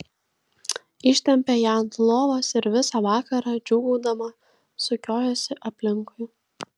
ištempė ją ant lovos ir visą vakarą džiūgaudama sukiojosi aplinkui